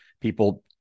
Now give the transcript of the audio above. people